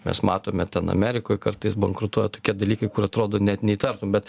mes matome ten amerikoj kartais bankrutuoja tokie dalykai kur atrodo net neįtartum bet